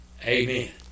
Amen